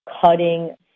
cutting